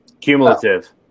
cumulative